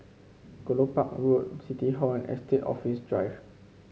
Kelopak Road City Hall and Estate Office Drive